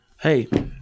Hey